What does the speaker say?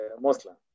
Muslim